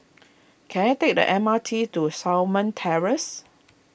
can I take the M R T to Shamah Terrace